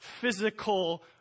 physical